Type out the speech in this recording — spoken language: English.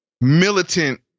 militant